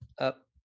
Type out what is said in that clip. up